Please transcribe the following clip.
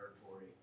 territory